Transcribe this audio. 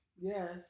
Yes